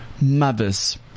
Mothers